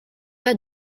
pas